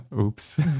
oops